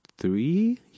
three